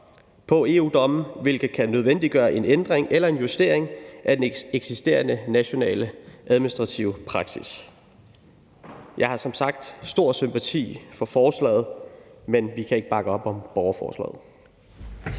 på EU-domme, hvilket kan nødvendiggøre en ændring eller en justering af den eksisterende nationale administrative praksis. Jeg har som sagt stor sympati for forslaget, men vi kan ikke bakke op om borgerforslaget.